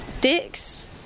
dicks